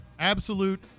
Absolute